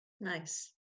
Nice